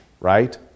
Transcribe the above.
right